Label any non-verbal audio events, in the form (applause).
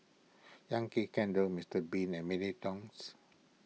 (noise) Yankee Candle Mister Bean and Mini Toons